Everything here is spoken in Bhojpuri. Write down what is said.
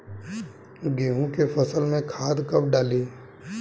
गेहूं के फसल में खाद कब डाली?